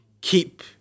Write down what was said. keep